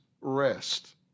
rest